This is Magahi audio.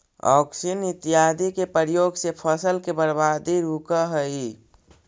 ऑक्सिन इत्यादि के प्रयोग से फसल के बर्बादी रुकऽ हई